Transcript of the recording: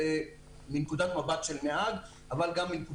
גם משמעות